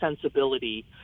sensibility